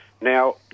Now